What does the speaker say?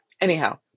anyhow